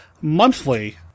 monthly